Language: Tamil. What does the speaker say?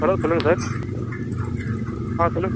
ஹலோ சொல்லுங்கள் சார் ஆ சொல்லுங்கள்